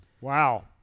Wow